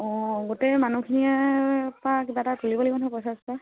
অঁ গোটেই মানুহখিনিৰ পৰা কিবা এটা তুলিব লাগিব নহয় পইচা চইচা